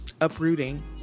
uprooting